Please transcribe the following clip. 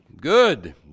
Good